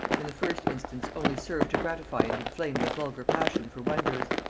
in the first instance only served to gratify and inflame the vulgar passion for wonders.